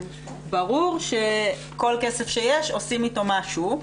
ברור שכל כסף שיש עושים איתו משהו,